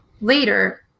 later